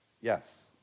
Yes